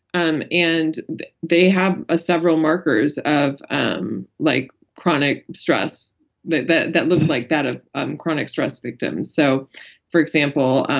um and they have ah several markers of um like chronic stress that that look like that of um chronic stress victims. so for example,